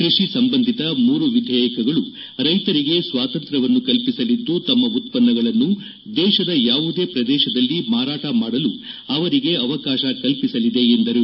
ಕ್ರಷಿ ಸಂಬಂಧಿತ ಮೂರು ವಿಧೇಯಕಗಳು ರೈತರಿಗೆ ಸ್ವಾತಂತ್ರ್ವವನ್ನು ಕಲಿಸಲಿದ್ದು ತಮ್ಮ ಉತ್ತನ್ನಗಳನ್ನು ದೇಶದ ಯಾವುದೇ ಪ್ರದೇಶದಲ್ಲಿ ಮಾರಾಟ ಮಾಡಲು ಅವರಿಗೆ ಅವಕಾಶ ಕಲ್ಲಿಸಲಿದೆ ಎಂದರು